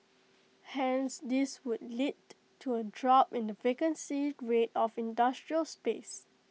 hence this would lead to A drop in the vacancy rate of industrial space